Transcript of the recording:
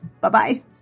Bye-bye